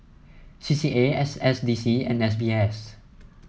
C C A S S D C and S B S